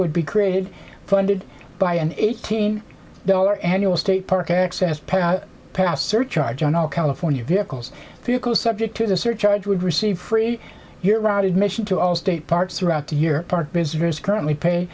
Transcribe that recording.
would be created funded by an eighteen dollar annual state park access pass surcharge on all california vehicles vehicles subject to the surcharge would receive free your ride admission to all state parks throughout the year part visitors currently